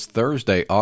Thursday